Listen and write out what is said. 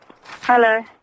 Hello